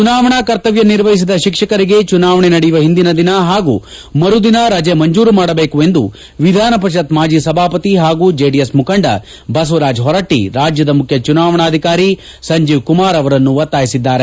ಚುನಾವಣಾ ಕರ್ತವ್ನ ನಿರ್ವಹಿಸಿದ ಶಿಕ್ಷಕರಿಗೆ ಚುನಾವಣೆ ನಡೆಯುವ ಹಿಂದಿನ ದಿನ ಹಾಗೂ ಮರು ದಿನ ರಜೆ ಮಂಜೂರು ಮಾಡಬೇಕು ಎಂದು ವಿಧಾನಪರಿಷತ್ ಮಾಜಿ ಸಭಾಪತಿ ಹಾಗೂ ಜೆಡಿಎಸ್ ಮುಖಂಡ ಬಸವರಾಜ ಹೊರಟ್ಟ ರಾಜ್ಯದ ಮುಖ್ಯ ಚುನಾವಣಾಧಿಕಾರಿ ಸಂಜೀವ್ ಕುಮಾರ್ ಅವರನ್ನು ಒತ್ತಾಯಿಸಿದ್ದಾರೆ